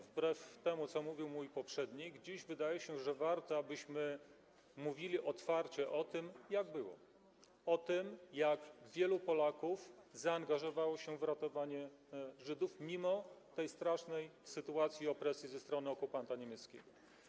Wbrew temu, co mówił mój poprzednik, dziś wydaje się, że warto, abyśmy mówili otwarcie o tym, jak było, o tym, jak wielu Polaków zaangażowało się w ratowanie Żydów mimo tej strasznej sytuacji, mimo opresji ze strony okupanta niemieckiego.